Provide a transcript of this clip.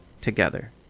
together